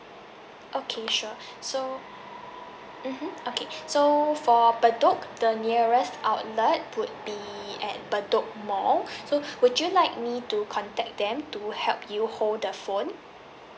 okay sure so mmhmm okay so for bedok the nearest outlet would be at bedok mall so would you like me to contact them to help you hold the phone